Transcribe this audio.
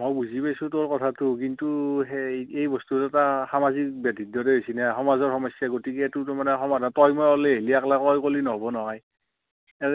মই বুজি পাইছোঁ তোৰ কথাটো কিন্তু সেই এই বস্তু দুটা সামাজিক ব্যাধিৰ দৰেই হৈছে না সমাজৰ সমস্যা গতিকেতো এইটো মানে সমাধান তই মই ওলাই আহিলে একলা কৰি কল্লি নহ'ব নহয়